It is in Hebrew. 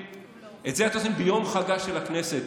את זה אתם עושים ביום חגה של הכנסת